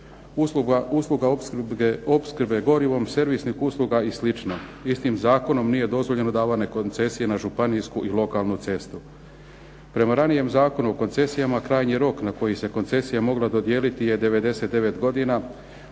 usluga opskrbe gorivom, servisnih usluga i slično. Istim zakonom nije dozvoljeno davanje koncesije na županijsku i lokalnu cestu. Prema ranijem Zakonu o koncesijama krajnji rok na koji se koncesija mogla dodijeliti je 99 godina,